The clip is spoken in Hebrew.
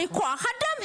צריך כוח אדם,